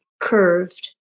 curved